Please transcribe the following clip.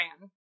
ran